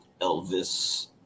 Elvis